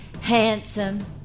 Handsome